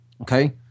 okay